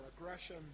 aggression